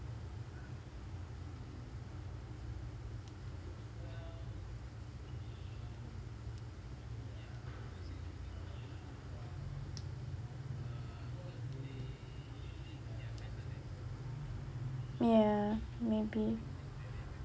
ya maybe